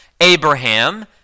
Abraham